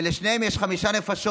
ולשניהם יש חמש נפשות,